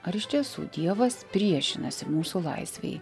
ar iš tiesų dievas priešinasi mūsų laisvei